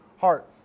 heart